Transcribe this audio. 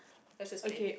let's just play